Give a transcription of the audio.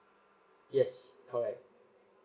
yes correct